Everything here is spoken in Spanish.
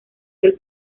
del